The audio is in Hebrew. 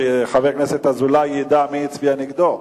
כדי שחבר הכנסת אזולאי ידע מי הצביע נגדו.